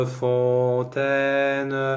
fontaine